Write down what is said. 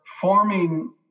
forming